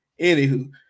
Anywho